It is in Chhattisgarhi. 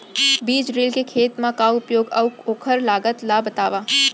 बीज ड्रिल के खेत मा का उपयोग हे, अऊ ओखर लागत ला बतावव?